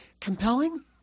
compelling